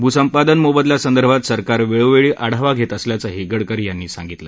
भूसंपादन मोबदल्यासंदर्भात सरकार वेळोवेळी आढावा घेत असल्याचं गडकरी यांनी सांगितलं